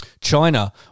China